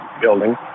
building